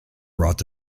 brought